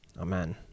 Amen